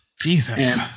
Jesus